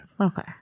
Okay